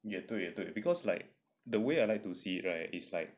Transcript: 也对也对 because like the way I like to see it right is like